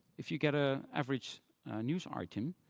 if you get a average news ah item,